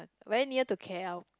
where near to K_L